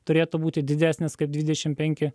turėtų būti didesnis kaip dvidešim penki